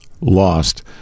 Lost